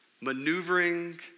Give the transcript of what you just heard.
maneuvering